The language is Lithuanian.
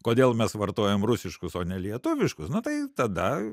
kodėl mes vartojam rusiškus o ne lietuviškus nu tai tada